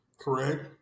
Correct